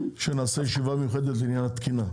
כשנעשה ישיבה מיוחדת לעניין התקינה,